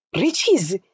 Riches